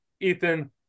Ethan